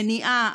מניעה,